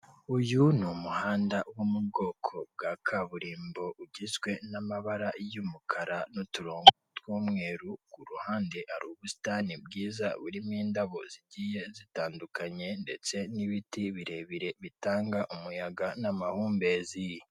Urujya ni uruza rw'abantu bari kwamamaza umukandida mu matora y'umukuru w'igihugu bakaba barimo abagabo ndetse n'abagore, bakaba biganjemo abantu bambaye imyenda y'ibara ry'icyatsi, bari mu ma tente arimo amabara y'umweru, icyatsi n'umuhondo, bamwe bakaba bafite ibyapa biriho ifoto y'umugabo wambaye kositime byanditseho ngo tora, bakaba bacyikijwe n'ibiti byinshi ku musozi.